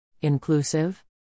Inclusive